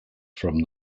from